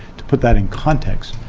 to put that in context,